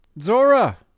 Zora